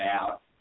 out